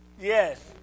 Yes